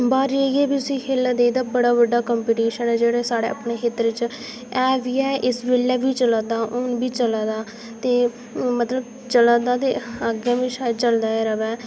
famous ते जेह्ड़ी साढ़े खेत्तर च ज्यादा चला दी ऐ ओह् इयै किक्रेट ऐ ते इ'यै खे दे लोक